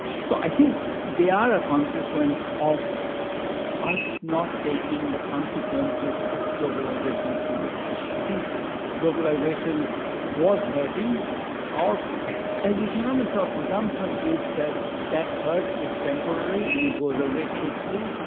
so i think they are a consequence of us not taking the consequences of globalization seriously. i think globalization was hurting our as economists, our presumption is that that hurt is temporary. and it goes away quickly.